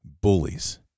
bullies